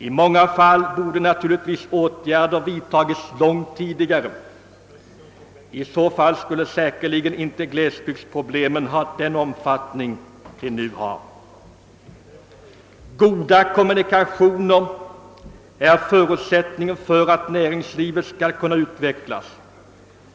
I många fall borde naturligtvis åtgärderna ha vidtagits långt tidigare. I så fall skulle säkerligen inte glesbygdsproblemen haft den omfattning de nu har. Goda kommunikationer är förutsättningen för att näringslivet skall kunna utvecklas.